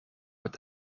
het